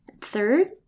Third